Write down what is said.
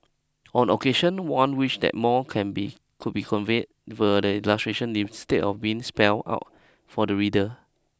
on occasion one wishes that more can be could be conveyed via the illustrations leave stead of being spelt out for the reader